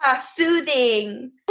Soothing